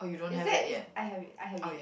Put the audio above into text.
is that is I have it I have it